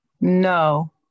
No